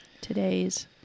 today's